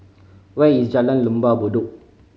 where is Jalan Lembah Bedok